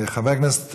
חבר הכנסת